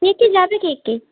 কে কে যাবে কে কে